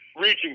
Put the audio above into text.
reaching